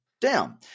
down